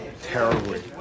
terribly